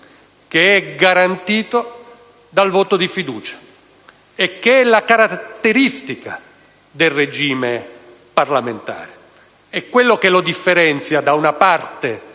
che è garantito dal voto di fiducia e che rappresenta la caratteristica del regime parlamentare. È ciò che lo differenzia da una parte